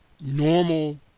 normal